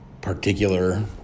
particular